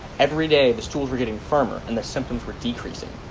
every day the stools were getting firmer and the symptoms were decreasing.